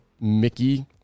Mickey